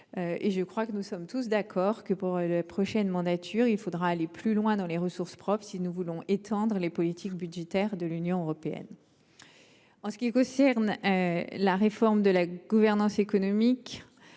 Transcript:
– je crois que nous en sommes tous d’accord –, il faudra aller plus loin en matière de ressources propres si nous voulons étendre les politiques budgétaires de l’Union européenne. En ce qui concerne la réforme de la gouvernance économique,